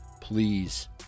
please